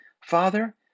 father